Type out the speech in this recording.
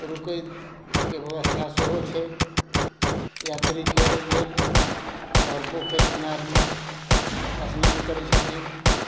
रुकयके व्यवस्था सेहो छै यात्रीके लेल आओर पोखरि इनारमे स्नान करय छथिन